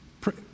Pray